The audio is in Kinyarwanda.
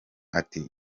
ati